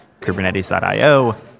kubernetes.io